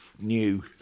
New